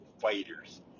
fighters